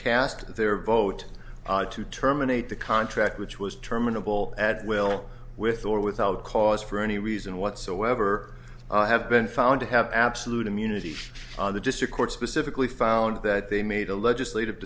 cast their vote to terminate the contract which was terminable at will with or without cause for any reason whatsoever have been found to have absolute immunity the district court specifically found that they made a legislative